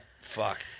fuck